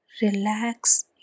Relax